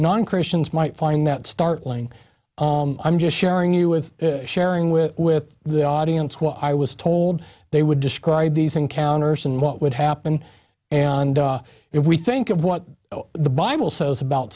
non christians might find that startling i'm just sharing you with sharing with with the audience well i was told they would describe these encounters and what would happen if we think of what the bible says about